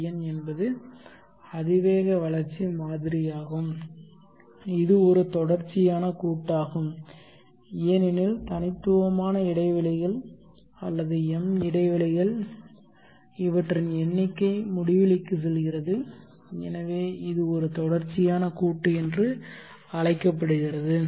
n என்பது அதிவேக வளர்ச்சி மாதிரியாகும் இது ஒரு தொடர்ச்சியான கூட்டாகும் ஏனெனில் தனித்துவமான இடைவெளிகள் அல்லது m இடைவெளிகள் இவற்றின் எண்ணிக்கை முடிவிலிக்கு செல்கிறது எனவே இது ஒரு தொடர்ச்சியான கூட்டு என்று அழைக்கப்படுகிறது